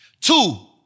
Two